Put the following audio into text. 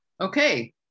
okay